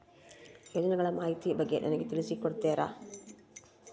ಯೋಜನೆಗಳ ಮಾಹಿತಿ ಬಗ್ಗೆ ನನಗೆ ತಿಳಿಸಿ ಕೊಡ್ತೇರಾ?